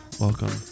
welcome